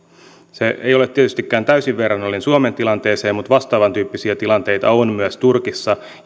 se ei ole tietystikään täysin verrannollinen suomen tilanteeseen mutta vastaavan tyyppisiä tilanteita on myös turkissa ja